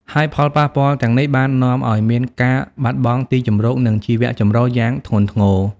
ហើយផលប៉ះពាល់ទាំងនេះបាននាំឱ្យមានការបាត់បង់ទីជម្រក និងជីវៈចម្រុះយ៉ាងធ្ងន់ធ្ងរ។